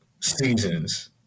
seasons